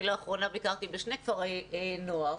אני לאחרונה ביקרתי בשני כפרי נוער.